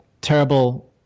terrible